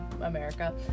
America